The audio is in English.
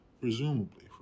presumably